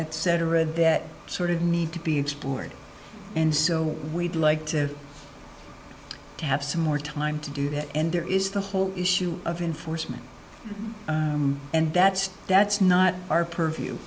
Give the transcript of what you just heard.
etc that sort of need to be explored and so we'd like to have some more time to do that and there is the whole issue of enforcement and that's that's not our purview